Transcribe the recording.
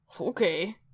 Okay